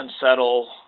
unsettle